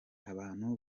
abantu